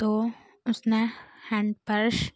तो उसने हैंड प्रश